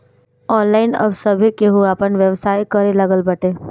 online अब सभे केहू आपन व्यवसाय करे लागल बाटे